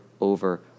over